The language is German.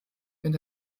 wenn